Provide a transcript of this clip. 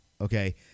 okay